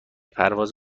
پرواز